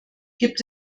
gibt